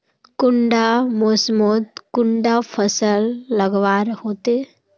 कुंडा मोसमोत कुंडा फसल लगवार होते?